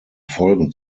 folgen